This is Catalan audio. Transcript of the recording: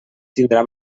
tindrà